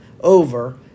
over